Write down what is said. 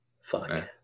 fuck